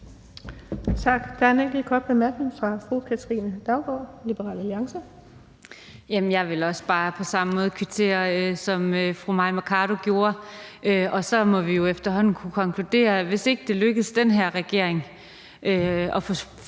kvittere på samme måde, som fru Mai Mercado gjorde. Og så må vi jo efterhånden kunne konkludere, at hvis det ikke lykkes for den her regering at få